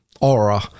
aura